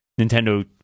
Nintendo